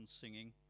singing